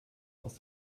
aus